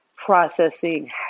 Processing